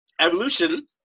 evolution